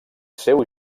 seu